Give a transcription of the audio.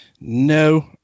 No